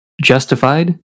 justified